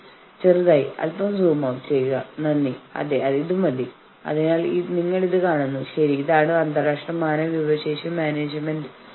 എന്നിട്ട് പറയൂ തണുപ്പാണ് നമുക്കെല്ലാവർക്കും ഒരു കപ്പ് ചായ കുടിക്കാം എന്നിട്ട് ഈ വിഷയങ്ങളെക്കുറിച്ച് സംസാരിക്കുക